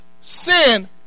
sin